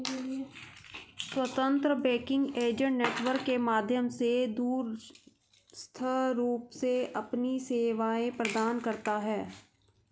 स्वतंत्र banking agent network के माध्यम से दूरस्थ रूप से अपनी सेवाएं प्रदान करता है